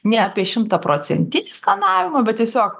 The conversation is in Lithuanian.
ne apie šimtaprocentinį skanavimą bet tiesiog